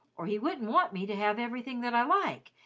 or he wouldn't want me to have everything that i like,